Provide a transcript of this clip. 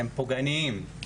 הם פוגעניים,